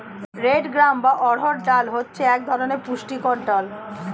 red gram বা অড়হর ডাল হচ্ছে এক ধরনের পুষ্টিকর ডাল